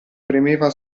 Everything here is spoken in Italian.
premeva